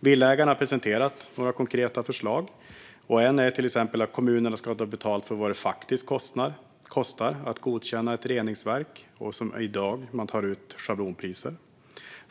Villaägarna har presenterat några konkreta förslag. Ett är till exempel att kommunen ska ta betalt för vad det faktiskt kostar att godkänna ett reningsverk. I dag tar man ut schablonpriser.